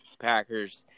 Packers